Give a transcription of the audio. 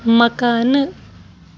مکانہٕ